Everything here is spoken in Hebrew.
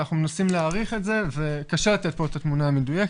אנחנו מנסים להעריך את זה וקשה לתת פה את התמונה המדויקת.